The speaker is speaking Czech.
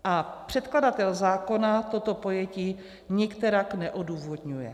A předkladatel zákona toto pojetí nikterak neodůvodňuje.